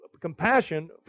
compassion